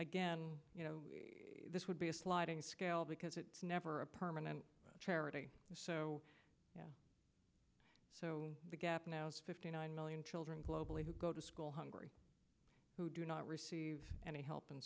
again you know this would be a sliding scale because it's never a permanent charity so yeah so the gap now is fifty nine million children globally who go to school hungry who do not receive any help in